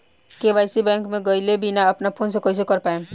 KYC bank मे गएले बिना अपना फोन से कइसे कर पाएम?